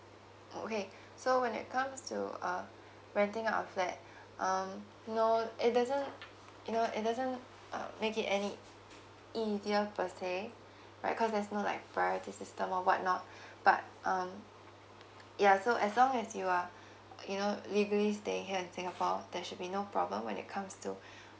oh okay so when it comes to so uh renting out a flat um no it doesn't um you know it doesn't um make it any easier per say right cause there's no like variety system or what not but um yeah so as long as you are you know legally staying here in singapore there should be no problem when it comes to